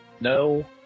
no